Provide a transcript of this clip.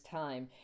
time